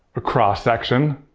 a cross-section.